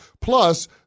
Plus